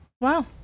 Wow